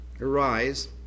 Arise